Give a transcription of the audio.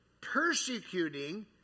persecuting